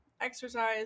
Exercise